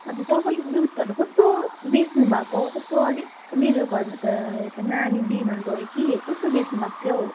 हजुर तपाईँले दुधहरू कस्तो बेच्नु भएको हौ कस्तो अलिक मेरो घरमा त यहाँ त नानी बिमार भयो कि कस्तो बेच्नु भएको थियो हौ